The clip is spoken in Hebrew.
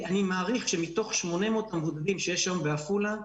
אני מעריך שמתוך 800 מבודדים שיש היום בעפולה,